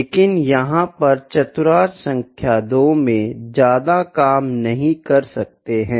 लेकिन यहाँ हम चतुर्थांश सांख्य 2 में ज्यादा काम नहीं कर सकते हैं